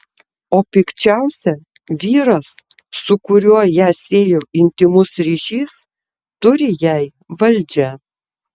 o pikčiausia vyras su kuriuo ją siejo intymus ryšys turi jai valdžią